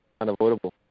unavoidable